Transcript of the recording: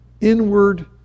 inward